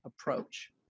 approach